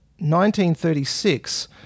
1936